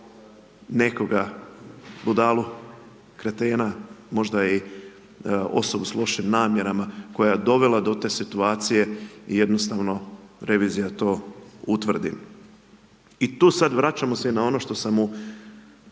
nekoga, budalu, kretena, možda i osobu s lošim namjerama, koja je dovela do te situacije i jednostavno revizija to utvrdi. I tu sada vraćamo se na ono što sam i